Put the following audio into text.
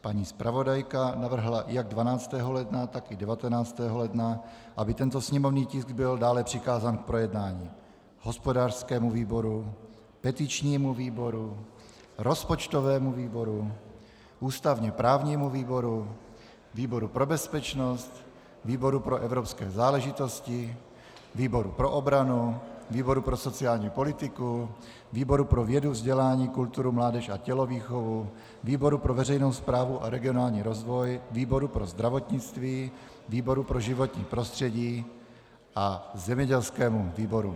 Paní zpravodajka navrhla jak 12. ledna, tak i 19. ledna, aby tento sněmovní tisk byl dále přikázán k projednání hospodářskému výboru, petičnímu výboru, rozpočtovému výboru, ústavněprávnímu výboru, výboru pro bezpečnost, výboru pro evropské záležitosti, výboru pro obranu, výboru pro sociální politiku, výboru pro vědu, vzdělání, kulturu, mládež a tělovýchovu, výboru pro veřejnou správu a regionální rozvoj, výboru pro zdravotnictví, výboru pro životní prostředí a zemědělskému výboru.